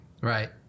Right